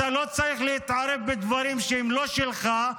-- ואתה לא צריך להתערב בדברים שהם לא שלך.